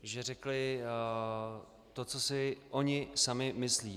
Že řekli to, co si oni sami myslí.